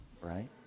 right